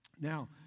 Now